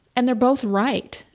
and they're both right,